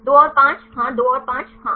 2 और 5 हाँ 2 और 5 हाँ